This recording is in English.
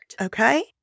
Okay